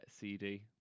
CD